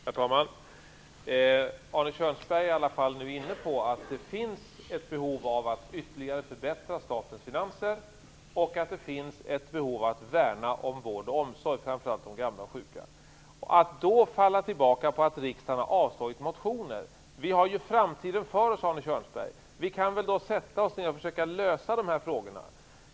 Herr talman! Nu är Arne Kjörnsberg i alla fall inne på att det finns ett behov av att ytterligare förbättra statens finanser och av att värna om vård och omsorg av framför allt gamla och sjuka. Då faller Arne Kjörnsberg tillbaka på att riksdagen har avslagit motioner. Men vi har ju framtiden för oss! Vi kan väl sätta oss ned och försöka lösa de här frågorna!